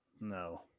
No